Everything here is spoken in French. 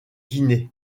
guinée